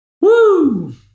Woo